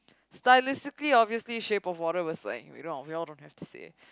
stylistically obviously shape of water was like we all we all don't have to say